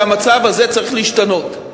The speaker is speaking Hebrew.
שהמצב הזה צריך להשתנות.